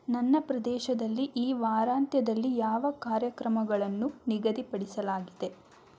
ನನ್ನ ಪ್ರದೇಶದಲ್ಲಿ ಈ ವಾರಾಂತ್ಯದಲ್ಲಿ ಯಾವ ಕಾರ್ಯಕ್ರಮಗಳನ್ನು ನಿಗದಿಪಡಿಸಲಾಗಿದೆ